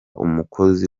umukozi